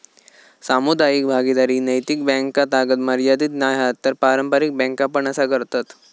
सामुदायिक भागीदारी नैतिक बॅन्कातागत मर्यादीत नाय हा तर पारंपारिक बॅन्का पण असा करतत